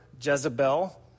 Jezebel